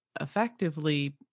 effectively